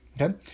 okay